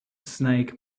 snake